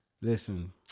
Listen